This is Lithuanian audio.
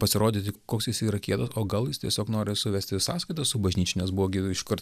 pasirodyti koks jis yra kietas o gal jis tiesiog nori suvesti sąskaitas su bažnyčia nes buvo gi iškart